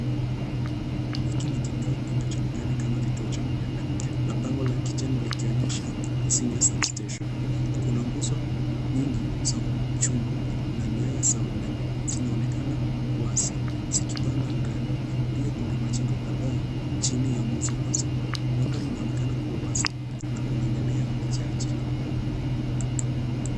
Hiki ni kituo kinachoonekana kama kituo cha umeme na bango la kijani likionyesha Senior Substation . Kuna nguzo nyingi za chuma na nyaya za umeme zinaonekana wazi zikipanda angani. Pia kuna majengo kadhaa chini ya nguzo hizo. Mandhari inaonekana kuwa wazi na kuna mimea michache.